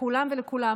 לכולן ולכולם,